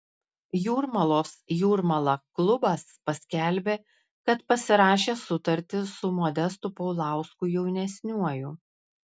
jūrmalos jūrmala klubas paskelbė kad pasirašė sutartį su modestu paulausku jaunesniuoju